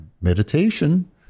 Meditation